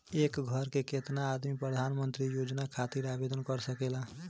एक घर के केतना आदमी प्रधानमंत्री योजना खातिर आवेदन कर सकेला?